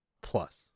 plus